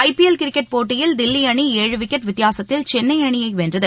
IPL cricket போட்டியில் தில்லி அணி ஏழு விக்கெட் வித்தியாகத்தில் சென்னை அணியை வென்றது